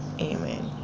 amen